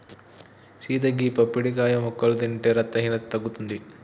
సీత గీ పప్పడికాయ ముక్కలు తింటే రక్తహీనత తగ్గుతుంది